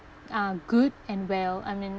uh good and well I mean